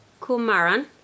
Kumaran